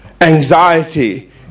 anxiety